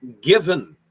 given